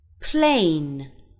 Plain